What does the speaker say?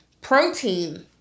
protein